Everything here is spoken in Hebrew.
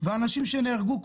ואנשים שנהרגו,